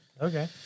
Okay